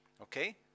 Okay